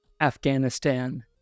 Afghanistan